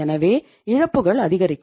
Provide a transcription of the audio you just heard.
எனவே இழப்புகள் அதிகரிக்கும்